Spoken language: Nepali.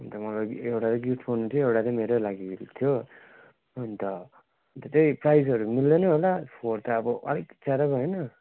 अन्त मलाई एउटा गिफ्ट गर्नु थियो एउटा चाहिँ मेरै लागि हेरेको थियो अन्त अन्त त्यही साइजहरू मिल्दैन होला फोर त अब अलिक अप्ठ्यारो भएन